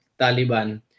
Taliban